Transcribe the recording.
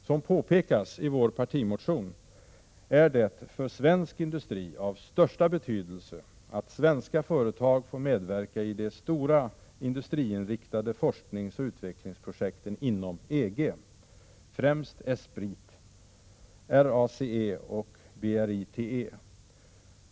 Som påpekas i vår partimotion, är det för svensk industri av största betydelse att svenska företag får medverka i de stora industriinriktade forskningsoch utvecklingsprojekten inom EG, främst ESPRIT, RACE och BRITE.